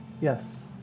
Yes